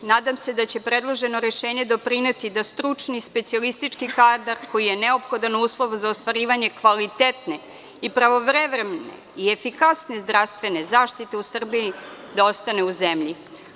Nadam se da će predložena rešenja doprineti da stručni specijalistički kadar koji je neophodan uslov za ostvarivanje kvalitetne i pravovremene i efikasne zdravstvene zaštite u Srbiji da ostane u zemlji.